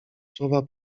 słowa